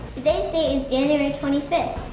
today's date is january twenty fifth,